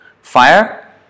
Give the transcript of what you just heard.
Fire